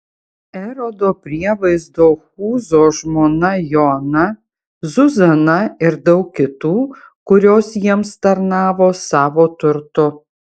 erodo prievaizdo chūzo žmona joana zuzana ir daug kitų kurios jiems tarnavo savo turtu